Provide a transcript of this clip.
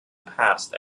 past